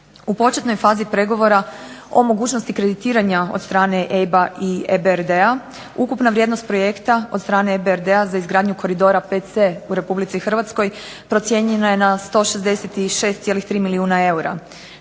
U početnoj fazi pregovora o mogućnosti kreditiranja od strana EIB-a i EBRD-a. ukupna vrijednost od strane EBRD-a za izgradnju koridora 5C u RH procijenjena je na 166,3 milijuna eura.